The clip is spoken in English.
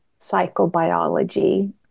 psychobiology